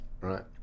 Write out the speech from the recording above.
Right